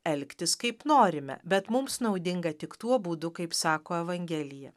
elgtis kaip norime bet mums naudinga tik tuo būdu kaip sako evangelija